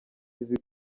izi